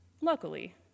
Luckily